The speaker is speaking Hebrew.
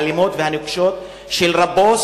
האלימות והנוקשות של רבו,